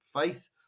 faith